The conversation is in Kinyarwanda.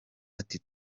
ati